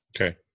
Okay